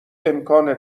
امکان